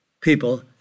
people